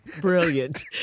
brilliant